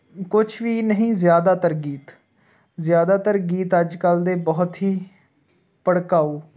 ਕੁਛ ਵੀ ਨਹੀਂ ਜ਼ਿਆਦਾਤਰ ਗੀਤ ਜ਼ਿਆਦਾਤਰ ਗੀਤ ਅੱਜ ਕੱਲ੍ਹ ਦੇ ਬਹੁਤ ਹੀ ਭੜਕਾਊ